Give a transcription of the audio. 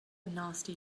nasty